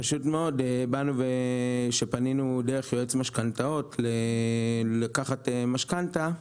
כשפנינו דרך יועץ משכנתאות לקחת משכנתה,